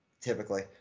typically